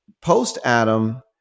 post-Adam